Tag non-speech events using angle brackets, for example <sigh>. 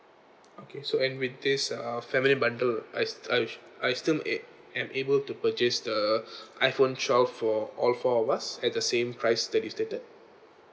okay so anyway this uh family bundle I s~ I I still a am able to purchase the <breath> iphone twelve for all four of us at the same price that you stated